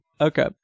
okay